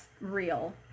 real